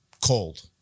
cold